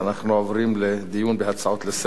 נתקבלו.